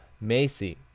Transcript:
Macy